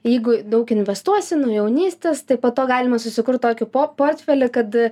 jeigu daug investuosi nuo jaunystės tai po to galima susikurt tokį po portfelį kad